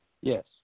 Yes